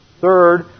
third